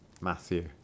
Matthew